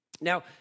Now